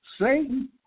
Satan